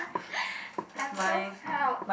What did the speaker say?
I'm so proud